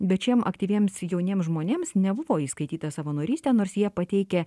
bet šiem aktyviems jauniems žmonėms nebuvo įskaityta savanorystė nors jie pateikė